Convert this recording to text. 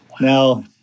Now